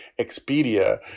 Expedia